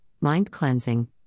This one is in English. mind-cleansing